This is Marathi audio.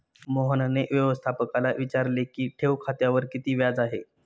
मोहनने व्यवस्थापकाला विचारले की ठेव खात्यावर किती व्याज आहे?